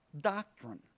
doctrine